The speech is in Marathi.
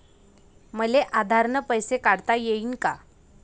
मले आधार न पैसे काढता येईन का?